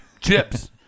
chips